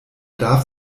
darf